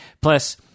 plus